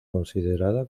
considerada